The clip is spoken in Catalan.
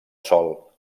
sòl